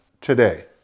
today